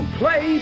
play